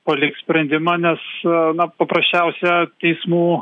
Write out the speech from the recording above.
paliks sprendimą nes na paprasčiausia teismų